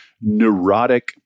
neurotic